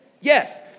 Yes